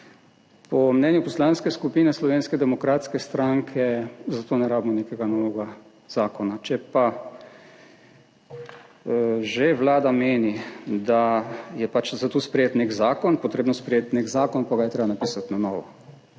Po mnenju Poslanske skupine Slovenske demokratske stranke za to ne rabimo nekega novega zakona. Če pa že Vlada meni, da je pač za to potrebno sprejeti nek zakon, ga je pa treba napisati na novo.